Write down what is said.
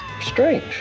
strange